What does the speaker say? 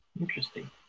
Interesting